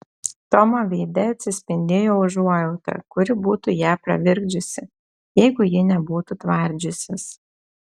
tomo veide atsispindėjo užuojauta kuri būtų ją pravirkdžiusi jeigu ji nebūtų tvardžiusis